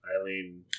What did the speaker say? Eileen